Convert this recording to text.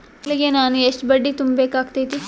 ತಿಂಗಳಿಗೆ ನಾನು ಎಷ್ಟ ಬಡ್ಡಿ ತುಂಬಾ ಬೇಕಾಗತೈತಿ?